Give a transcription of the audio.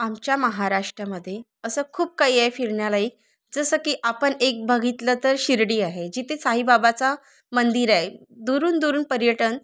आमच्या महाराष्ट्रामध्ये असं खूप काही आहे फिरण्यालायक जसं की आपण एक बघितलं तर शिर्डी आहे जिथे साईबाबाचा मंदिर आहे दुरून दुरून पर्यटन